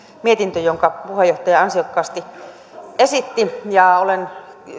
mietintö jonka puheenjohtaja ansiokkaasti esitteli olen